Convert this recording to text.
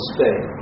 Spain